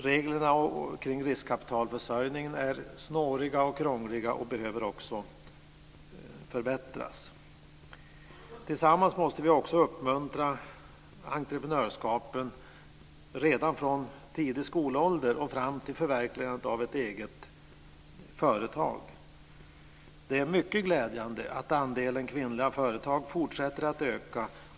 Reglerna kring riskkapitalförsörjningen är snåriga och krångliga och behöver också förbättras. Tillsammans måste vi uppmuntra entreprenörskap redan från tidig skolålder och fram till förverkligandet av ett eget företag. Det är mycket glädjande att andelen kvinnliga företag fortsätter att öka.